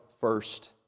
first